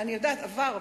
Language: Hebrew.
אני יודעת, עבר.